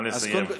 נא לסיים.